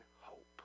hope